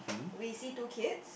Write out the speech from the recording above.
we see two kids